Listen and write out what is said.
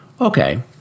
Okay